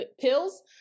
pills